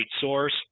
source